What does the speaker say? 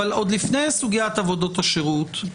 אבל עוד לפני סוגיית עבודות השירות,